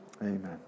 Amen